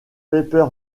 paper